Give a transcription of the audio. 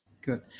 Good